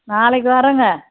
நாளைக்கு வர்றேங்க